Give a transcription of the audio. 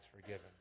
forgiven